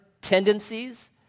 tendencies